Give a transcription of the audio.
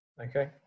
Okay